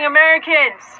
Americans